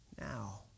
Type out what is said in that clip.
now